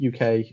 uk